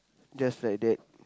just like that